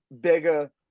bigger